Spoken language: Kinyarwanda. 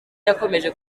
yakomeje